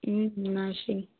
nursing